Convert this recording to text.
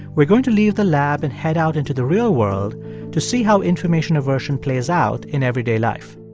we're going to leave the lab and head out into the real world to see how information aversion plays out in everyday life.